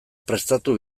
prestatu